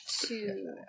two